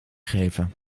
geven